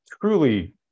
truly